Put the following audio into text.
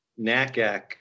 NACAC